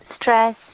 stress